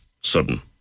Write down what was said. sudden